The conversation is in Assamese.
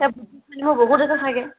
বহুত আছে চাগে